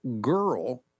girl